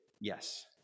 Yes